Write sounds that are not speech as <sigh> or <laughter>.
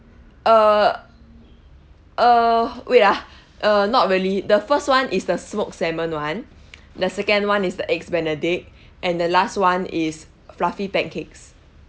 err err wait ah <noise> uh not really the first one is the smoked salmon one <noise> the second one is the eggs benedict and the last one is fluffy pancakes